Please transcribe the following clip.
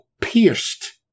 pierced